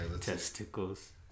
Testicles